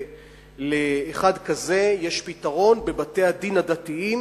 ולאחד כזה יש פתרון בבתי-הדין הדתיים,